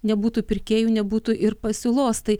nebūtų pirkėjų nebūtų ir pasiūlos tai